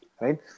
right